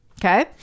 Okay